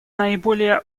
наиболее